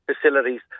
facilities